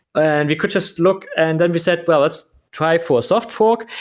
and you could just look and then we said, well, let's try for a soft fork.